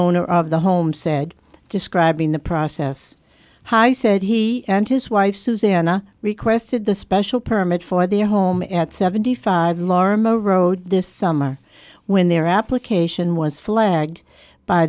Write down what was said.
owner of the home said describing the process hi said he and his wife susanna requested the special permit for their home at seventy five larmer road this summer when their application was flag